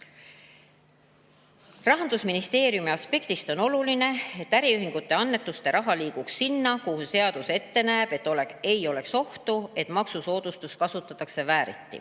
"Rahandusministeeriumi aspektist on oluline, et äriühingute annetuse raha liiguks sinna, kuhu seadus seda ette näeb, ega oleks ohtu, et maksusoodustust kasutatakse vääriti.